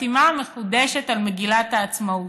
החתימה המחודשת על מגילת העצמאות.